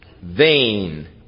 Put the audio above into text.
Vain